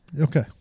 okay